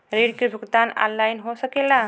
ऋण के भुगतान ऑनलाइन हो सकेला?